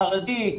חרדי,